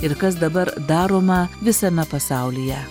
ir kas dabar daroma visame pasaulyje